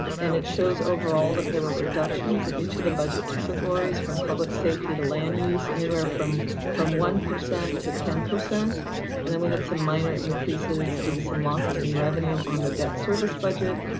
and it shows overall that there were reductions in each of the budget categories from public safety to land use, anywhere from from one percent to ten. and then we had some minor increases due to some losses in revenue on the debt service budget,